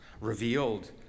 revealed